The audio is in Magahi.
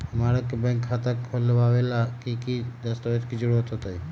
हमरा के बैंक में खाता खोलबाबे ला की की दस्तावेज के जरूरत होतई?